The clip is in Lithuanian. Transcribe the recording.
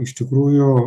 iš tikrųjų